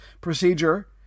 procedure